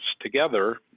together